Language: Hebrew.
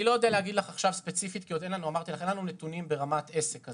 אין לנו נתונים ברמת העסק.